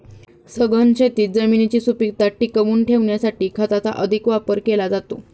सघन शेतीत जमिनीची सुपीकता टिकवून ठेवण्यासाठी खताचा अधिक वापर केला जातो